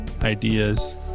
ideas